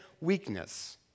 weakness